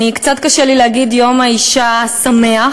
קצת קשה לי להגיד: יום האישה שמח.